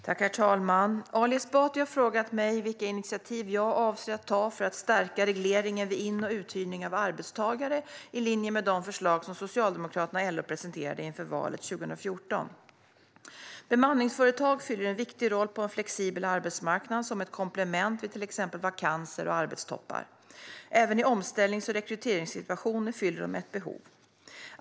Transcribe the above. Herr talman! Ali Esbati har frågat mig vilka initiativ jag avser att ta för att stärka regleringen vid in och uthyrning av arbetstagare i linje med de förslag som Socialdemokraterna och LO presenterade inför valet 2014. Bemanningsföretag fyller en viktig roll på en flexibel arbetsmarknad som ett komplement vid till exempel vakanser och arbetstoppar. Även i omställnings och rekryteringssituationer fyller de ett behov.